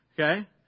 Okay